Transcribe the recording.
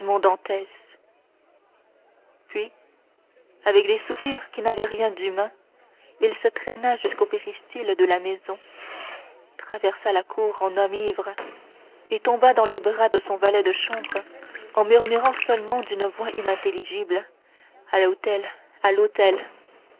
puis avec des soupirs qui n'avaient rien d'humain il se traîna jusqu'au péristyle de la maison traversa la cour en homme ivre et tomba dans les bras de son valet de chambre en murmurant seulement d'une voix inintelligible à l'hôtel à l'hôtel